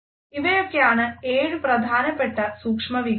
ഇവയൊക്കെയാണ് ഏഴു പ്രധാനപ്പെട്ട സൂക്ഷ്മവികാരങ്ങൾ